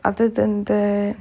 other than that